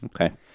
Okay